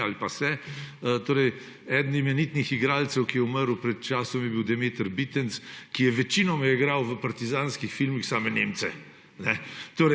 ali pa se. Eden imenitnih igralcev, ki je umrl pred časom, je bil Demeter Bitenc, ki je večinoma igral v partizanskih filmih same Nemce.